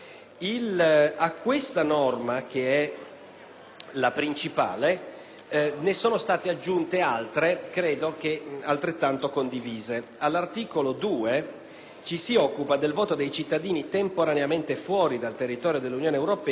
la principale, ne sono state aggiunte altre, credo altrettanto condivise. All'articolo 2, innanzitutto, ci si occupa del «voto dei cittadini temporaneamente fuori dal territorio dell'Unione europea per motivi di servizio o missioni internazionali